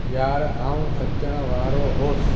यार आउं अचण वारो होसि